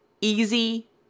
easy